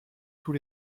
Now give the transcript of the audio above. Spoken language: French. tous